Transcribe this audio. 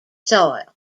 soil